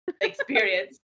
experience